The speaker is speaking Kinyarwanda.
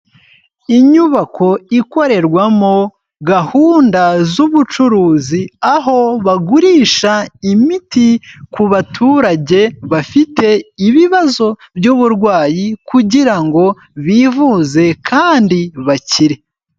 Inyubako ikorerwamo gahunda z'ubucuruzi, aho bagurisha imiti ku baturage bafite ibibazo by'uburwayi kugira ngo bivuze kandi bakire.